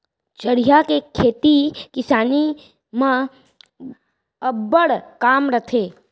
चरिहा के खेती किसानी म अब्बड़ काम रथे